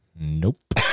Nope